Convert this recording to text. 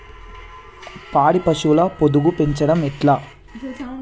పాడి పశువుల పొదుగు పెంచడం ఎట్లా?